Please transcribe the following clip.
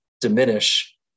diminish